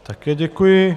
Také děkuji.